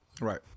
Right